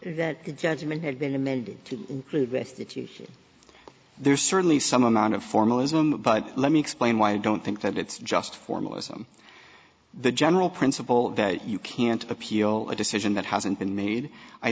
that the judgment had been amended to include restitution there's certainly some amount of formalism but let me explain why i don't think that it's just formalism the general principle that you can't appeal a decision that hasn't been made i